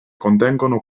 contengono